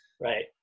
Right